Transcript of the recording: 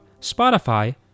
Spotify